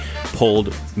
pulled